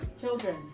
children